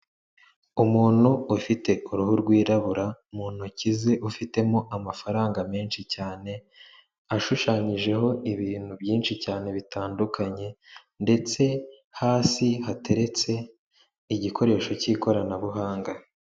Umuntu ufite uruhu rwirabura mu ntoki ze ufitemo amafaranga menshi cyane, ashushanyijeho ibintu byinshi cyane bitandukanye ndetse hasi hateretse igikoresho cy'ikoranabuhanga.